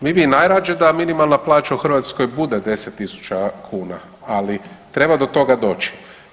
Mi bi najrađe da minimalna plaća u Hrvatskoj bude 10 000 kuna, ali treba do toga doći.